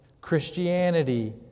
Christianity